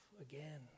again